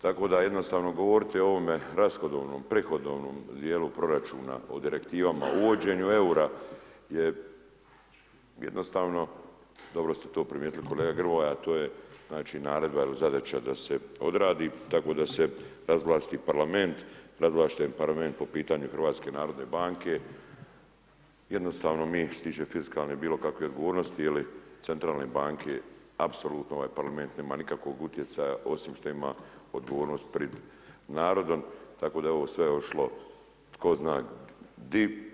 Tako da jednostavno govoriti o ovome rashodovnoj, prihodovnom dijelu proračuna, o direktivama, uvođenje eura je, jednostavno, dobro ste to primijetili kolega Grmoja, a to je naredba ili zadaća da se odradi, tako da se … parlament, zato što je parlament po pitanju HNB-a jednostavno mi što se tiče fiskalne ili bilo kakve odgovornosti ili Centralne banke, apsolutno ovaj parlament, nema nikakvog utjecaja, osim što ima odgovornost pred narodom, tako da je ovo sve ošlo tko zna di.